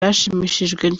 bashimishijwe